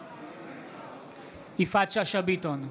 בעד יפעת שאשא ביטון,